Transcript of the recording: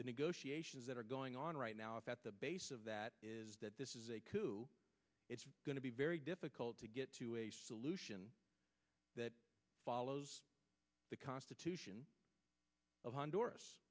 the negotiations that are going on right now is that the base of that is that this is a coup it's going to be very difficult to get to a solution that follows the constitution of honduras